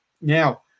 Now